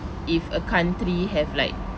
if a country have like